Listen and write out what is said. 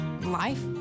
life